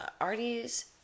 Artie's